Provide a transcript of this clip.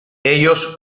ellos